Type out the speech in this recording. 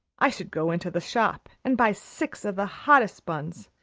i should go into the shop and buy six of the hottest buns,